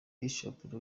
bishop